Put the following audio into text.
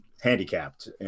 handicapped